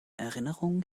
erinnerung